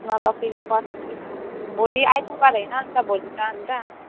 न त फेरि पर्सि भोलि आइतबार होइन अन्त भोलि त अन्त